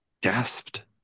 gasped